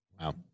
Wow